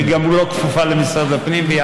והיא גם לא כפופה למשרד הפנים.